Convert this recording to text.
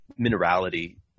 minerality